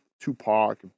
Tupac